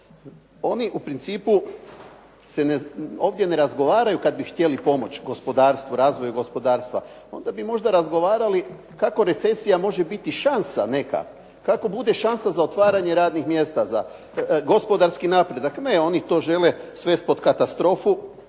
Oni u principu se ne, ovdje ne razgovaraju kad bi htjeli pomoć gospodarstvu, razvoju gospodarstva. Onda bi možda razgovarali kako recesija može biti šansa neka, kako bude šansa za otvaranje radnih mjesta za gospodarski napredak. Ne, oni to žele svesti pod katastrofu,